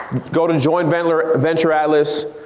go to join venture venture atlas,